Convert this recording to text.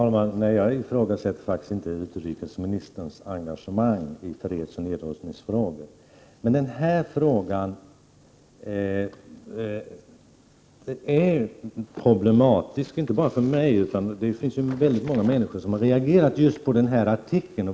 Herr talman! Nej, jag ifrågasätter faktiskt inte utrikesministerns engagemang i fredsoch nedrustningsfrågor, men den här frågan är problematisk inte bara för mig utan för många fler. Väldigt många människor har reagerat just på den här artikeln.